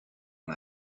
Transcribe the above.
and